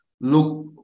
look